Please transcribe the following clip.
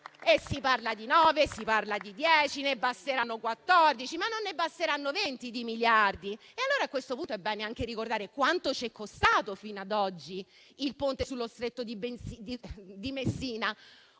di euro, ci si chiede se ne basteranno 14, ma non basteranno 20 miliardi di euro. A questo punto, è bene anche ricordare quanto ci è costato fino ad oggi il Ponte sullo Stretto di Messina,